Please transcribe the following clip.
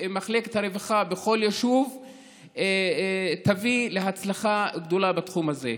ומחלקת הרווחה בכל יישוב יביאו להצלחה גדולה בתחום הזה.